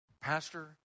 Pastor